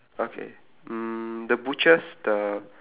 okay mm the butchers the